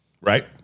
Right